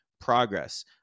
progress